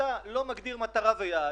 כשאתה לא מגדיר מטרה ויעד,